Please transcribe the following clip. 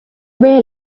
were